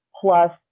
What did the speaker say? plus